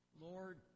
Lord